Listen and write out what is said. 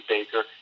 Baker